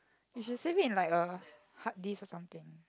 you should save it in like a hard disk or something